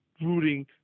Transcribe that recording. rooting